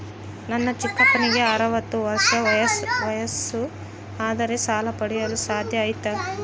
ನನ್ನ ಚಿಕ್ಕಪ್ಪನಿಗೆ ಅರವತ್ತು ವರ್ಷ ವಯಸ್ಸು ಆದರೆ ಸಾಲ ಪಡೆಯಲು ಸಾಧ್ಯ ಐತಾ?